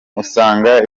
usanga